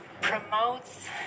promotes